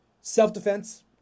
self-defense